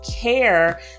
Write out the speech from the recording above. care